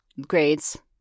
grades